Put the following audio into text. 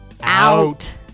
Out